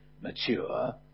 mature